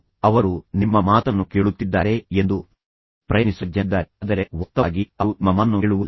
ಆದ್ದರಿಂದ ಅವರು ನಿಮ್ಮ ಮಾತನ್ನು ಕೇಳುತ್ತಿದ್ದಾರೆ ಎಂದು ನಿಮಗೆ ಅನಿಸಿಕೆ ನೀಡಲು ಪ್ರಯತ್ನಿಸುವ ಜನರಿದ್ದಾರೆ ಆದರೆ ವಾಸ್ತವವಾಗಿ ಅವರು ನಿಮ್ಮ ಮಾತನ್ನು ಕೇಳುವುದಿಲ್ಲ